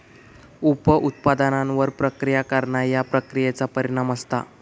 उप उत्पादनांवर प्रक्रिया करणा ह्या प्रक्रियेचा परिणाम असता